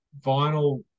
vinyl